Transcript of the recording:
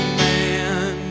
man